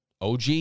OG